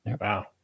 Wow